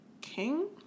king